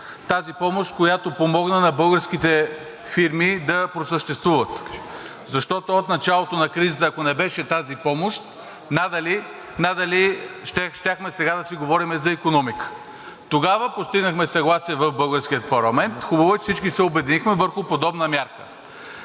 Тази помощ, която помогна на българските фирми да просъществуват, защото от началото на кризата, ако не беше тази помощ, надали щяхме сега да си говорим за икономика. Тогава постигнахме съгласие в българския парламент. Хубаво е, че всички се обединихме върху подобна мярка.